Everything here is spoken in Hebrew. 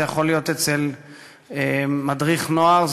זה יכול להיות אצל מדריך נוער,